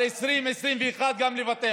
לוותר